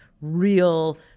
real